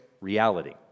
reality